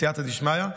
בסייעתא דשמיא,